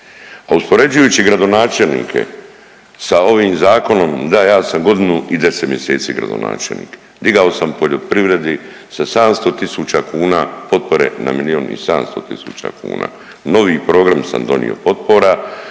A uspoređujući gradonačelnike sa ovim zakonom, da ja sam godinu i 10 mjeseci gradonačelnik, digao sam poljoprivredi sa 700 tisuća kuna potpore na milijun i 700 tisuća kuna, novi program sam donio potpora